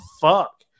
fuck